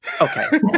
Okay